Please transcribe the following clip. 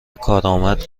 کارآمد